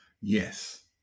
Yes